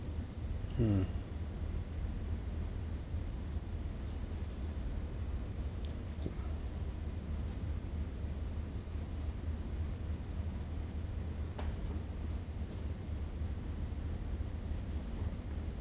mm